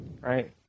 right